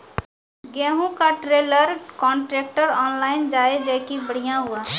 गेहूँ का trailer contractor online जाए जैकी बढ़िया हुआ